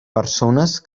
persones